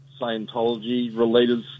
Scientology-related